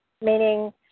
meaning